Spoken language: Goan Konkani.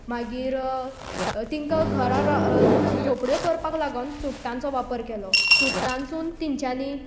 मागीर तिंका घरा झोंपड्यो करपाक लागून चुड्टांचो वापर केलो चुड्टांसून तिंच्यांनी